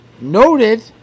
noted